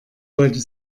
wollte